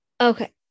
Okay